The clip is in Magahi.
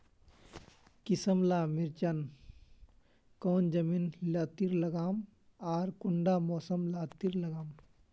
किसम ला मिर्चन कौन जमीन लात्तिर लगाम आर कुंटा मौसम लात्तिर लगाम?